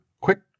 Quick